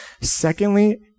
Secondly